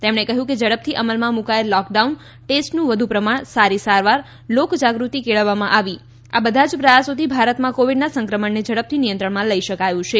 તેમણે કહ્યું કે ઝડપથી અમલમાં મૂકાયેલ લોકડાઉન ટેસ્ટનું વધુ પ્રમાણ સારી સારવાર લોકજાગૃતિ કેળવવામાં આવી આ બધાજ પ્રયાસોથી ભારતમાં કોવિડના સંક્રમણને ઝડપથી નિયંત્રણમાં લઇ શકાયું છે